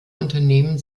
unternehmen